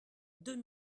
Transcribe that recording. deux